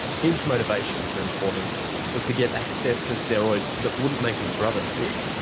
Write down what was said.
his motivation for importing was to get access to steroids that wouldn't make his brother sick.